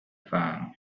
fayoum